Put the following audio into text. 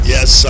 Yes